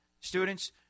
students